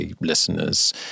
listeners